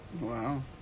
Wow